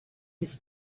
his